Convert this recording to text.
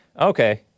Okay